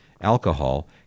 alcohol